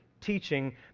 teaching